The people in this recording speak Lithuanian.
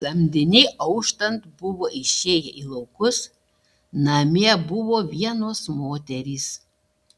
samdiniai auštant buvo išėję į laukus namie buvo vienos moterys